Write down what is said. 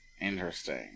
Interesting